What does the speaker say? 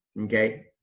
okay